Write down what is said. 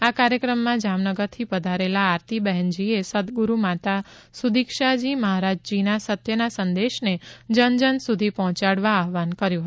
આ કાર્યક્રમમાં જામનગરથી પધારેલા આરતી બહેનજીએ સદગુરૂ માતા સુદીક્ષાજી મહારાજજીના સત્યના સંદેશને જન જસુધી પહોંચાડવા આહવાન કર્યું હતું